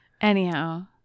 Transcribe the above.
Anyhow